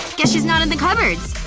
guess she's not in the cupboards